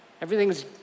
everything's